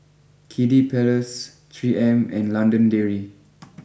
Kiddy Palace three M and London Dairy